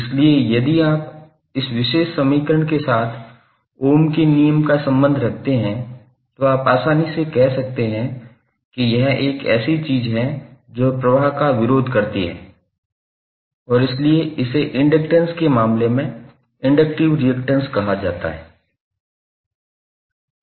इसलिए यदि आप इस विशेष समीकरण के साथ ओम के नियम का संबंध रखते हैं तो आप आसानी से कह सकते हैं कि यह एक ऐसी चीज है जो प्रवाह का विरोध करती है और इसीलिए इसे इंडक्टैंस के मामले में इंडक्टिव रिअक्टैंस कहा जाता है